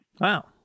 Wow